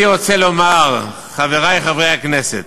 ואני רוצה לומר, חברי חברי הכנסת,